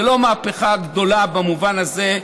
זה לא מהפכה גדולה במובן הזה,